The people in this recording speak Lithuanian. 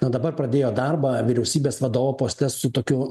na dabar pradėjo darbą vyriausybės vadovo poste su tokiu